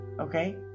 okay